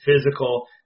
physical